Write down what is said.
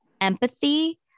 empathy